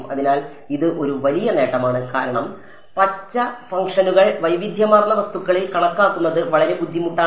അതിനാൽ ഇത് ഒരു വലിയ നേട്ടമാണ് കാരണം പച്ച ഫംഗ്ഷനുകൾ വൈവിധ്യമാർന്ന വസ്തുക്കളിൽ കണക്കാക്കുന്നത് വളരെ ബുദ്ധിമുട്ടാണ്